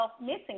missing